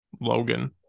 Logan